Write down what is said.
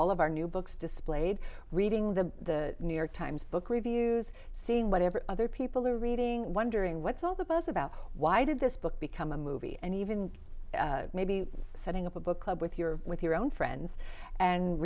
all of our new books displayed reading the new york times book reviews seeing whatever other people are reading wondering what's all the buzz about why did this book become a movie and even maybe setting up a book club with your with your own friends and